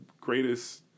greatest